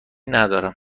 ندارم